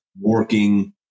working